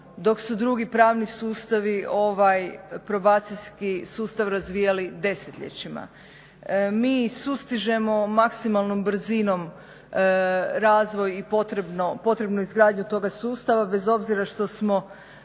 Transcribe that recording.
sustavi probacijski sustav razvijali desetljećima. Mi ih sustižemo maksimalnom brzinom razvoj i potrebnu izgradnju toga sustava bez obzira što smo